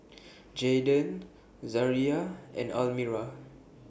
Jaeden Zaria and Almira